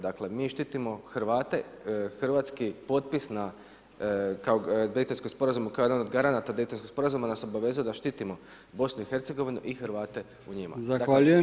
Dakle, mi štitimo Hrvate, hrvatski potpis na Daytonskom sporazumu, kao jedan od garanata daytonskog sporazuma nas obavezujemo da štitimo BIH i Hrvate u njima.